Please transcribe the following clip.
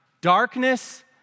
Darkness